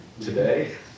today